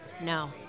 No